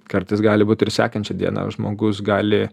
kartais gali būt ir sekančią dieną žmogus gali